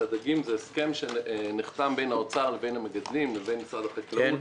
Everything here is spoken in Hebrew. הדגים זה הסכם שנחתם בין משרד האוצר לבין המגדלים לבין משרד החקלאות.